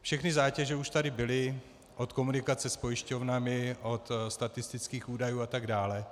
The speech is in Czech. Všechny zátěže už tady byly od komunikace s pojišťovnami, od statistických údajů atd.